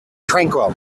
tranquil